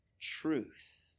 truth